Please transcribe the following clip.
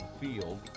Field